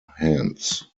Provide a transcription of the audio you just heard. hands